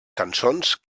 cançons